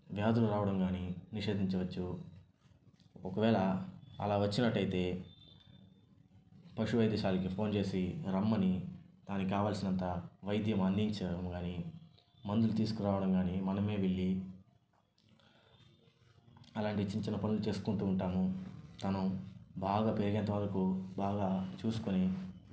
వ్యాధులు రావడం కానీ నిషేధించవచ్చు ఒకవేళ అలా వచ్చినట్టయితే పశువైద్యశాలకి ఫోన్ చేసి రమ్మని దానికి కావాల్సినంత వైద్యం అందించడం కాని మందులు తీసుకురావడం కానీ మనమే వెళ్లి అలాంటి చిన్న చిన్న పనులు చేసుకుంటూ ఉంటాము తను బాగా పెరిగేంతవరకు బాగా చూసుకొని